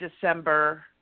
December